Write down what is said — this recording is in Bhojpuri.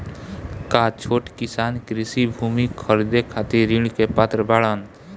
का छोट किसान कृषि भूमि खरीदे खातिर ऋण के पात्र बाडन?